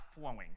flowing